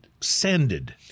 Sanded